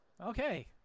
Okay